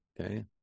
Okay